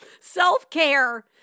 self-care